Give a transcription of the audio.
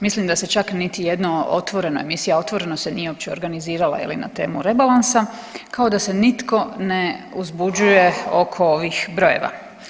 Mislim da se čak niti jedno Otvoreno, emisija Otvoreno se uopće nije organizirala na temu rebalansa kao da se nitko ne uzbuđuje oko ovih brojeva.